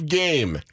game